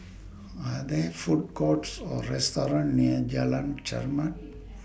Are There Food Courts Or restaurants near Jalan Chermat